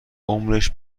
عمرش